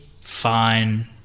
Fine